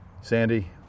Sandy